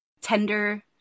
tender